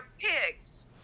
pigs